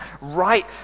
right